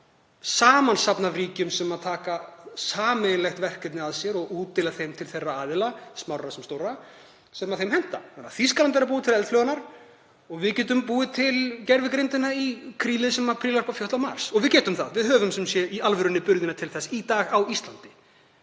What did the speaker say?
samansafn af ríkjum sem taka sameiginlegt verkefni að sér og útdeila þeim til þeirra aðila, smárra sem stórra, sem þeim hentar. Þýskaland er að búa til eldflaugarnar og við getum búið til gervigreindina í krílið sem prílar upp á fjöll á Mars. Og við getum það. Við höfum sem sé í alvöruburði til þess í dag á Íslandi.